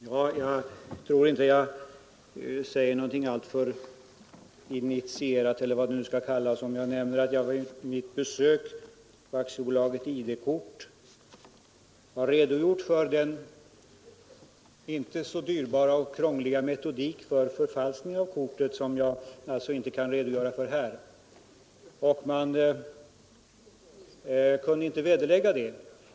Herr talman! Jag tror inte att jag säger någonting alltför indiskret eller vad det nu skall kallas, om jag nämner att jag vid mitt tidigare nämnda besök på AB ID-kort redogjorde för den inte så dyrbara och inte så krångliga metodik för förfalskning av kortet som jag alltså inte kan redogöra för här. Man kunde då inte vederlägga det.